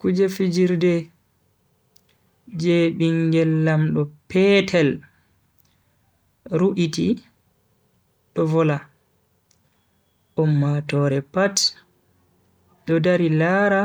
Kuje fijirde je bingel lamdo petel ru'iti do vola, ummatoore pat do dari laara